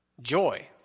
joy